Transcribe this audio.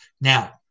now